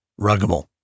Ruggable